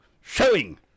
showing